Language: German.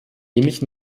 ähnlich